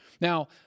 Now